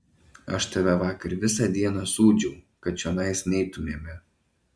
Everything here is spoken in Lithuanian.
aš tave vakar visą dieną sūdžiau kad čionai neitumėme